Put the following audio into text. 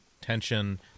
tension